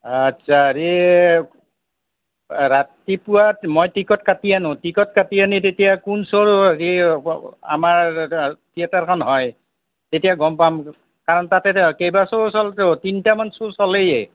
আচ্ছা ৰাতিপুৱাত মই টিকট কাটি আনো টিকট কাটি আনি তেতিয়া কোন শ্ব'ৰ হেৰি আমাৰ থিয়েটাৰখন হয় তেতিয়া গম পাম কাৰণ তাতে কেইবা শ্ব' চলেতো তিনিটামান শ্ব' চলেই